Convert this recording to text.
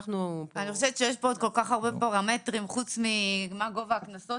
אני חושבת שיש כאן כל כך הרבה פרמטרים חוץ מגובה הקנסות